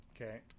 Okay